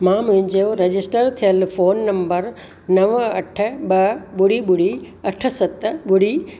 मां मुहिंजो रजिस्टर थियल फोन नंबर नव अठ ॿ ॿुड़ी ॿुड़ी अठ सत ॿुड़ी